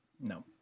No